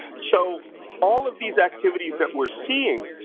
so all of these activities that we're seeing,